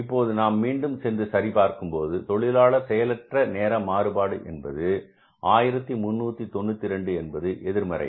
இப்போது நாம் மீண்டும் சென்று சரி பார்க்கும் போது தொழிலாளர் செயலற்ற நேர மாறுபாடு என்பது 1392 என்பது எதிர்மறை